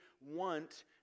want